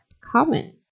common